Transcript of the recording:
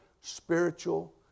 spiritual